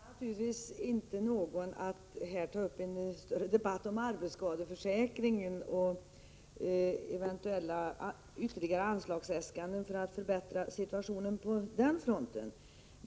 Herr talman! Jag förmenar naturligtvis inte någon att här ta upp en större debatt om arbetsskadeförsäkringen och eventuella ytterligare anslagsäskanden för att förbättra situationen på den fronten.